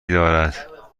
دارد